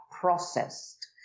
processed